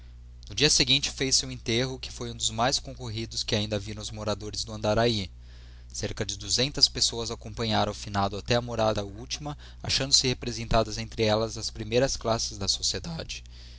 no dia seguinte fêz se o enterro que foi um dos mais concorridos que ainda viram os moradores do andaraí cerca de duzentas pessoas acompanharam o finado até à morada última achando-se representadas entre elas as primeiras classes da sociedade